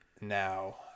now